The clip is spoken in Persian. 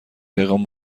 پیغام